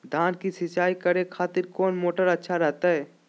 धान की सिंचाई करे खातिर कौन मोटर अच्छा रहतय?